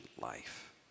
life